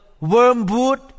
wormwood